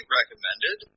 recommended